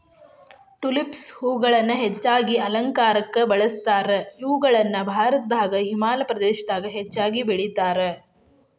tulips ಹೂಗಳನ್ನ ಹೆಚ್ಚಾಗಿ ಅಲಂಕಾರಕ್ಕ ಬಳಸ್ತಾರ, ಇವುಗಳನ್ನ ಭಾರತದಾಗ ಹಿಮಾಚಲ ಪ್ರದೇಶದಾಗ ಹೆಚ್ಚಾಗಿ ಬೆಳೇತಾರ